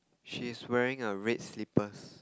she's wearing a red slippers